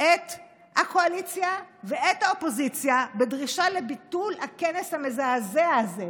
את הקואליציה ואת האופוזיציה בדרישה לביטול הכנס המזעזע הזה,